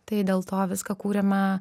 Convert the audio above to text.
tai dėl to viską kūrėme